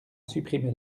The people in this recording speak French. supprimé